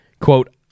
Quote